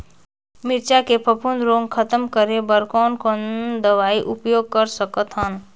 मिरचा के फफूंद रोग खतम करे बर कौन कौन दवई उपयोग कर सकत हन?